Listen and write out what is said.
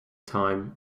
time